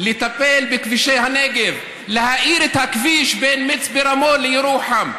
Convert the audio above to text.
לטפל בכבישי הנגב: להאיר את הכביש בין מצפה רמון לירוחם,